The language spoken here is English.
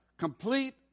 Complete